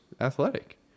athletic